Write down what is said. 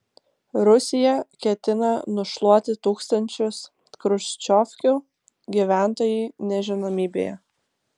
rusija ketina nušluoti tūkstančius chruščiovkių gyventojai nežinomybėje